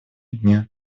дня